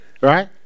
Right